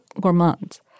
Gourmands